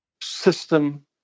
system